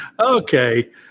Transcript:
Okay